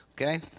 okay